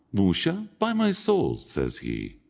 musha, by my soul, says he,